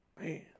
Man